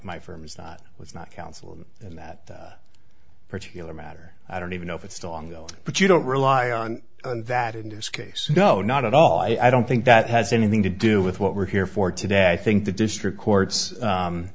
my firm is not was not counsel in that particular matter i don't even know if it's still ongoing but you don't rely on that in this case no not at all i don't think that has anything to do with what we're here for today i think the district court's